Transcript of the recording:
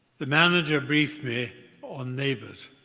the manager briefed me on neighbours.